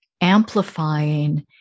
amplifying